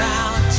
out